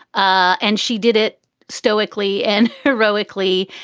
ah and she did it stoically and heroically.